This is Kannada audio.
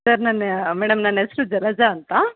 ಸರ್ ನನ್ನ ಮೇಡಮ್ ನನ್ನ ಹೆಸ್ರು ಜಲಜ ಅಂತ